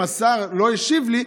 אם השר לא השיב לי,